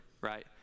right